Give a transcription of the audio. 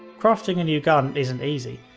crafting a new gun isn't easy.